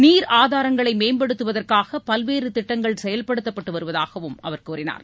நீர் ஆதாரங்களை மேம்படுத்துவதற்காக பல்வேறு திட்டங்கள் செயல்படுத்தப்பட்டு வருவதாகவும் அவர் கூறினார்